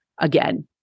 again